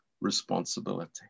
responsibility